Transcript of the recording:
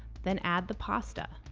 then add the pasta